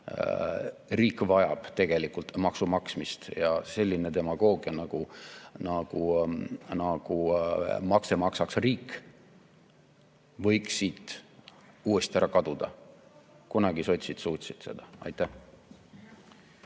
Riik vajab tegelikult maksude maksmist ja selline demagoogia, nagu makse maksaks riik, võiks siit uuesti ära kaduda. Kunagi sotsid suutsid seda. Aitäh!